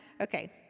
Okay